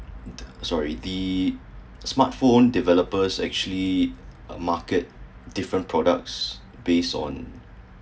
the sorry the smartphone developers actually market different products base on